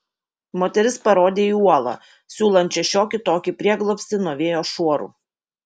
moteris parodė į uolą siūlančią šiokį tokį prieglobstį nuo vėjo šuorų